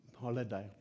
holiday